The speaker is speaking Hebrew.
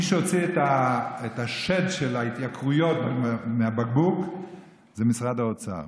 מי שהוציא את השד של ההתייקרויות מהבקבוק זה משרד האוצר,